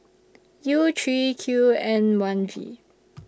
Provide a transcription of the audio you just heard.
U three Q N one V